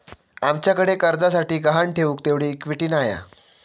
आमच्याकडे कर्जासाठी गहाण ठेऊक तेवढी इक्विटी नाय हा